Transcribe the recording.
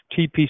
TPC